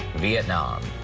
vietnam.